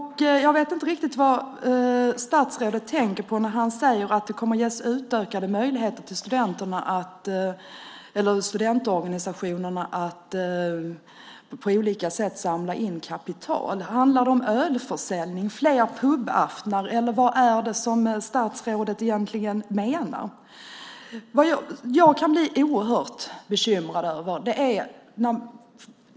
Jag vet inte riktigt vad statsrådet tänker på när han säger att det kommer att ges utökade möjligheter för studentorganisationerna att på olika sätt samla in kapital. Handlar det om ölförsäljning, fler pubaftnar, eller vad är det som statsrådet egentligen menar? Jag kan bli oerhört bekymrad.